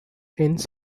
ends